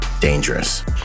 dangerous